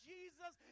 Jesus